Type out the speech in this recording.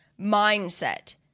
mindset